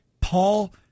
Paul